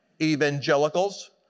evangelicals